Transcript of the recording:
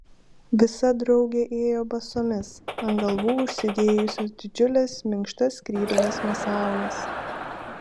visa draugė ėjo basomis ant galvų užsidėjusios didžiules minkštas skrybėles nuo saulės